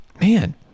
Man